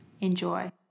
Enjoy